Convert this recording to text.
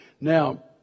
Now